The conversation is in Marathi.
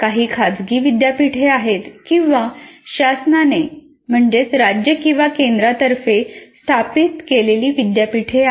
काही खासगी विद्यापीठे आहेत किंवा शासनाने स्थापित केलेली विद्यापीठे आहेत